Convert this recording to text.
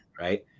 right